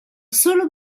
solo